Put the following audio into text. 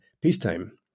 peacetime